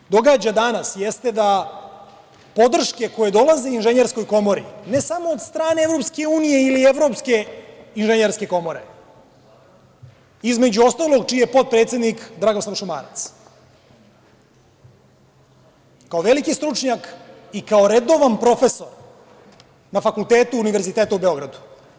Ono što se događa danas, jeste da podrške koje dolaze Inženjerskoj komori, ne samo od strane EU ili Evropske inženjerske komore, između ostalog čiji je potpredsednik Dragoslav Šumarac, kao veliki stručnjak i kao redovan profesor na fakultetu Univerziteta u Beogradu.